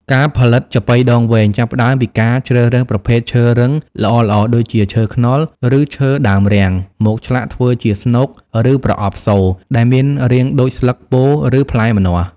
ការផលិត ចាប៉ីដងវែង ចាប់ផ្ដើមពីការជ្រើសរើសប្រភេទឈើរឹងល្អៗ ដូចជាឈើខ្នុរ ឬឈើដើមរាំង មកឆ្លាក់ធ្វើជា ស្នូក ឬប្រអប់សូរ ដែលមានរាងដូចស្លឹកពោធិ ឬផ្លែម្នាស់។